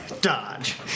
Dodge